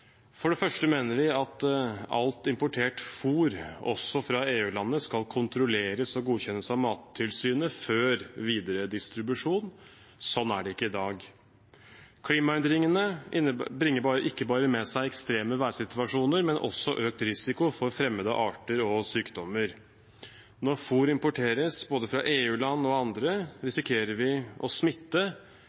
For det første mener vi at alt importert fôr, også fra EU-landene, skal kontrolleres og godkjennes av Mattilsynet før videre distribusjon. Sånn er det ikke i dag. Klimaendringene bringer ikke bare med seg ekstreme værsituasjoner, men også økt risiko for fremmede arter og sykdommer. Når fôr importeres fra både EU-land og andre, risikerer vi å smitte